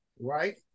right